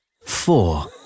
Four